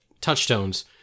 touchstones